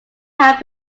have